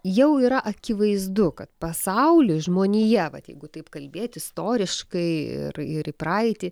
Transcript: jau yra akivaizdu kad pasaulis žmonija vat jeigu taip kalbėt istoriškai ir ir į praeitį